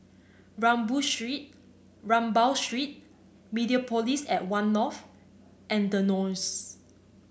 Street Rambao Street Mediapolis at One North and The Knolls